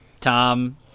Tom